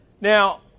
Now